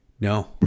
No